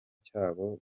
cy’abo